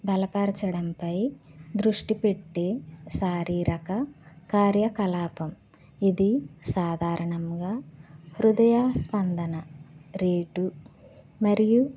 బలపరచడంపై దృష్టి పెట్టి శారీరక కార్యకలాపం ఇది సాధారణంగా హృదయ స్పందన రేటు మరియు